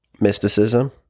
mysticism